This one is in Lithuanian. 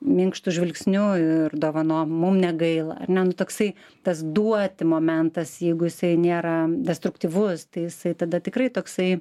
minkštu žvilgsniu ir dovanoti mum negaila ar ne nu toksai tas duoti momentas jeigu jisai nėra destruktyvus tai jisai tada tikrai toksai